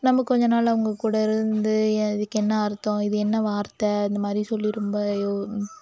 நம்ம கொஞ்ச நாள் அவங்க கூட இருந்து இதுக்கு என்ன அர்த்தம் இது என்ன வார்த்தை இந்த மாதிரி சொல்லி ரொம்ப